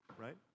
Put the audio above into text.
right